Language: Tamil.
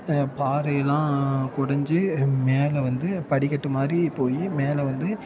பாறைலாம் கொடைஞ்சி மேலே வந்து படிக்கட்டு மாதிரி போய் மேலே வந்து